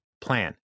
plan